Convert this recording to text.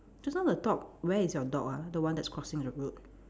just now the dog where is your dog ah the one that's crossing the road